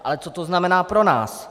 Ale co to znamená pro nás?